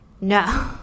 no